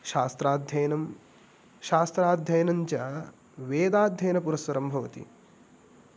शास्त्राध्ययनं शास्त्राध्ययनं च वेदाध्ययनपुरस्सरं भवति